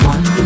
One